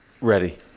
ready